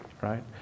right